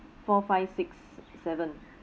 four five six seven